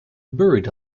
buried